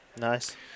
Nice